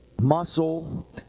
muscle